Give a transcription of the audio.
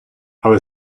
але